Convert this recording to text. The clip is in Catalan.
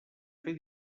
fer